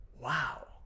wow